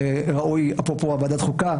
וראוי אפרופו ועדת החוקה